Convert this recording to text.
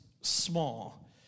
small